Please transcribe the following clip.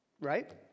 Right